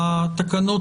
התקנות,